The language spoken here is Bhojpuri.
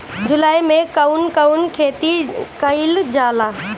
जुलाई मे कउन कउन खेती कईल जाला?